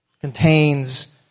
contains